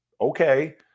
Okay